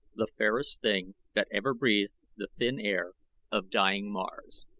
the fairest thing that ever breathed the thin air of dying mars.